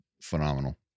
phenomenal